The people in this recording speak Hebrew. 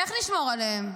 איך נשמור עליהם?